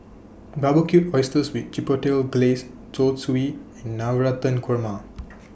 Barbecued Oysters with Chipotle Glaze Zosui and Navratan Korma